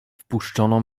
wpuszczono